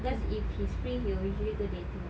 cause if he's free he will usually go dating [what]